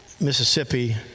Mississippi